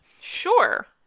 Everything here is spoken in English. Sure